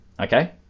Okay